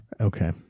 Okay